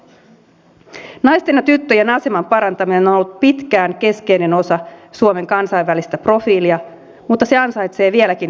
naisten ja tyttöjen aseman parantaminen on ollut pitkään keskeinen osa suomen kansainvälistä profiilia mutta se ansaitsee vieläkin suuremman huomion